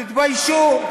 תתביישו.